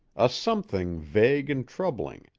a something vague and troubling.